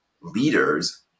leaders